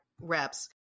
reps